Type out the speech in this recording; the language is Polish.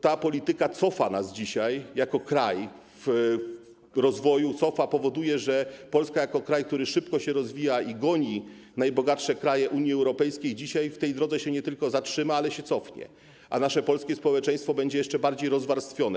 Ta polityka cofa dzisiaj nas jako kraj w rozwoju, powoduje, że Polska jako kraj, który szybko się rozwija i goni najbogatsze kraje Unii Europejskiej, na tej drodze się nie tylko zatrzyma, ale się cofnie, a nasze polskie społeczeństwo będzie jeszcze bardziej rozwarstwione.